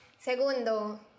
Segundo